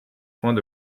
points